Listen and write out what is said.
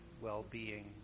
well-being